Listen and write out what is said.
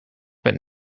but